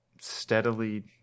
steadily